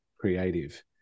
creative